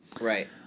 Right